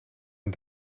een